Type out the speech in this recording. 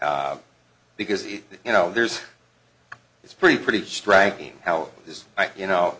because you know there's it's pretty pretty striking how this you know